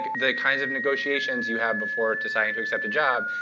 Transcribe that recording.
the kinds of negotiations you have before deciding to accept a job.